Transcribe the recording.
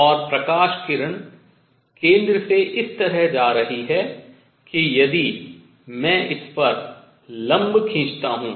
और प्रकाश किरण केंद्र से इस तरह जा रही है कि यदि मैं इस पर लंब खींचता हूँ